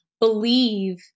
believe